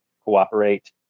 cooperate